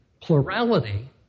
plurality